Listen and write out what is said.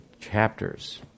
chapters